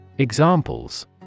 Examples